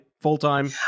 full-time